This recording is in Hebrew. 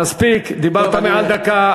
מספיק, דיברת מעל דקה.